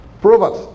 Proverbs